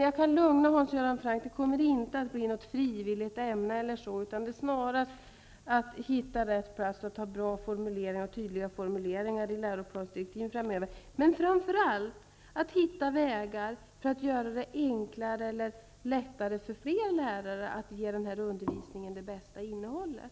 Jag kan lugna Hans Göran Franck med att säga att det inte kommer att bli ett frivilligt ämne, utan att det snarast handlar om att finna rätt plats för undervisningen och att framöver göra tydliga formuleringar i läroplansdirektiven. Framför allt är det viktigt att hitta vägar för att förenkla och underlätta för fler lärare att ge den här undervisningen det bästa innehållet.